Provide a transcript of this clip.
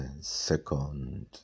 Second